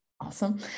awesome